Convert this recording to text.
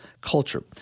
culture